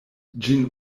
ĝin